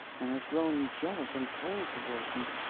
and has grown jealous and cold toward me,